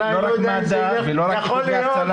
לא רק מד"א ולא רק איחודי הצלה